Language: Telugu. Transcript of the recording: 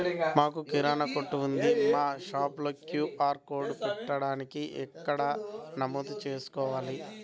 మాకు కిరాణా కొట్టు ఉంది మా షాప్లో క్యూ.ఆర్ కోడ్ పెట్టడానికి ఎక్కడ నమోదు చేసుకోవాలీ?